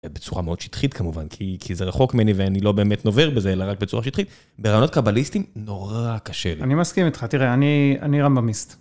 בצורה מאוד שטחית כמובן, כי זה רחוק ממני ואני לא באמת נובר בזה, אלא רק בצורה שטחית, ברעיונות קבליסטים נורא קשה לי. אני מסכים איתך, תראה, אני רמב"מיסט.